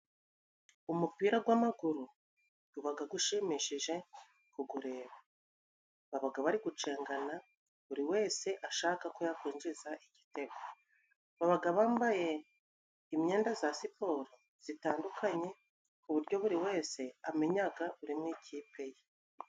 Umupira gw'amaguru gubaga gushimishije kugureba. Babaga bari gucengana, buri wese ashaka ko yakwinjiza igitego. Babaga bambaye imyenda za siporo zitandukanye, ku buryo buri wese amenyaga uri mu ikipe ye.